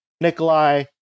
Nikolai